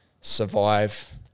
survive